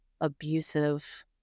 abusive